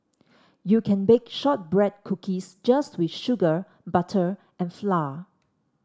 you can bake shortbread cookies just with sugar butter and flour